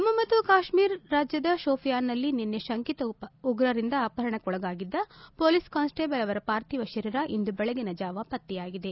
ಜಮ್ಮ ಮತ್ತು ಕಾಶ್ಮೀರ ರಾಜ್ಯದ ಶೋಪಿಯಾನ್ನಲ್ಲಿ ನಿನ್ನೆ ಶಂಕಿತ ಉಗ್ರರಿಂದ ಅಪಹರಣಕ್ಕೊಳಗಾಗಿದ್ದ ಪೊಲೀಸ್ ಕಾನ್ಸ್ಟೇಬಲ್ ಅವರ ಪಾರ್ಥಿವ ಶರೀರ ಇಂದು ಬೆಳಗಿನ ಜಾವ ಪತ್ತೆಯಾಗಿದೆ